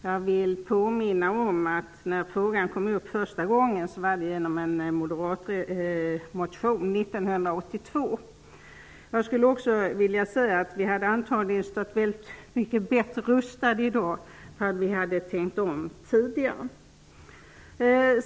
Jag vill påminna om att frågan kom upp första gången 1982 genom en moderat motion. Vi hade antagligen stått mycket bättre rustade i dag om vi hade tänkt om tidigare.